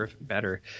better